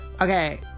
Okay